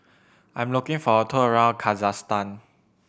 I am looking for a tour around Kazakhstan